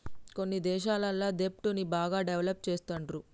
కొన్ని దేశాలల్ల దెబ్ట్ ని బాగా డెవలప్ చేస్తుండ్రు